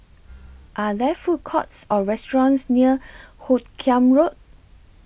Are There Food Courts Or restaurants near Hoot Kiam Road